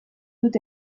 dut